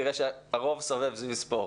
תראה שהרוב סובב סביב הספורט.